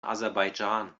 aserbaidschan